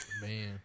Man